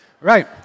Right